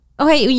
Okay